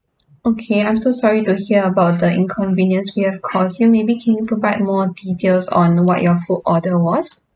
okay I'm so sorry to hear about the inconvenience we have caused you maybe can you provide more details on what your food order was